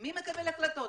מי מקבל החלטות,